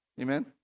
Amen